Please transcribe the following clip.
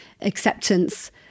acceptance